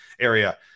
area